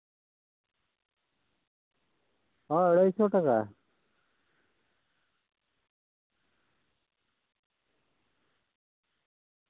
ᱦᱚᱸ ᱟᱹᱲᱟᱹᱭ ᱥᱚ ᱴᱟᱠᱟ